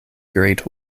great